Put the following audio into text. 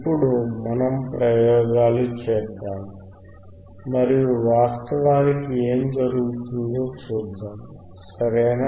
ఇప్పుడు మనం ప్రయోగాలు చేద్దాం మరియు వాస్తవానికి ఏమి జరుగుతుందో చూద్దాం సరేనా